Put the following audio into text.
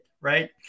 right